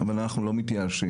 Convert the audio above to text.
אבל אנחנו לא מתייאשים.